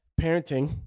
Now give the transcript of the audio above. Parenting